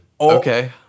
Okay